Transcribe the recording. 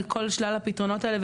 על כל שלל הפתרונות האלה,